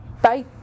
Bye